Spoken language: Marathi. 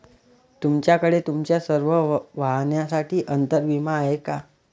तुमच्याकडे तुमच्या सर्व वाहनांसाठी अंतर विमा आहे का